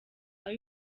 aho